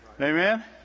Amen